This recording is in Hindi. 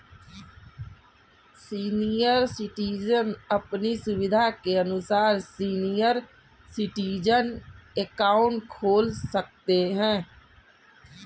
सीनियर सिटीजन अपनी सुविधा के अनुसार सीनियर सिटीजन अकाउंट खोल सकते है